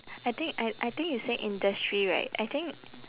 I think I I think you say industry right I think